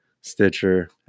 Stitcher